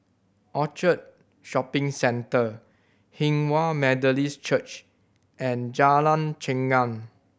Orchard Shopping Centre Hinghwa Methodist Church and Jalan Chengam